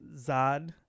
zod